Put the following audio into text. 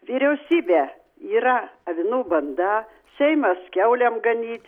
vyriausybė yra avinų banda seimas kiaulėm ganyt